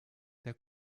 der